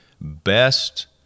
best –